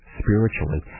spiritually